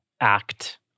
act